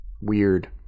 Weird